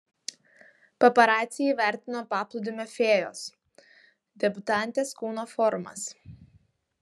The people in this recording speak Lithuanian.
paparaciai įvertino paplūdimio fėjos debiutantės kūno formas